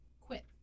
Quit